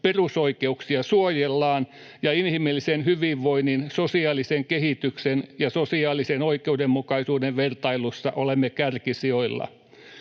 Perusoikeuksia suojellaan, ja inhimillisen hyvinvoinnin, sosiaalisen kehityksen ja sosiaalisen oikeudenmukaisuuden vertailussa olemme kärkisijoilla.